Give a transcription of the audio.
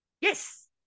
Yes